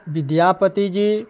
Vidyapati ji